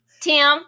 Tim